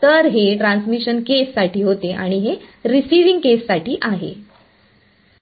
तर हे ट्रान्समिशन केससाठी होते आणि हे रिसिविंग केससाठी आहे